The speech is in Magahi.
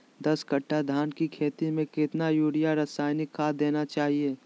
दस कट्टा धान की खेती में कितना यूरिया रासायनिक खाद देना चाहिए?